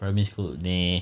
primary school meh